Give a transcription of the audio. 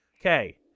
Okay